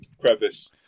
crevice